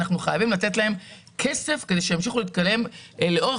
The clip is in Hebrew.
אנחנו חייבים לתת להם כסף כדי שימשיכו להתקדם לאורך